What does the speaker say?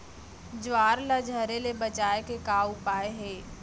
ज्वार ला झरे ले बचाए के का उपाय हे?